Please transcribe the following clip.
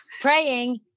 praying